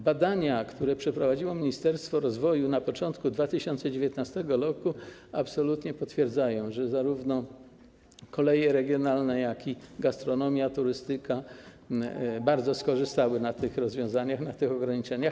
Badania, które przeprowadziło ministerstwo rozwoju na początku 2019 r., absolutnie potwierdzają, że zarówno koleje regionalne, jak i gastronomia, turystyka bardzo skorzystały na tych rozwiązaniach, na tych ograniczeniach.